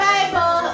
Bible